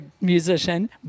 musician